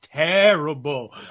terrible